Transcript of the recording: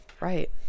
Right